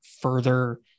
further